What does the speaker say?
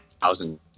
thousand